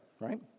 right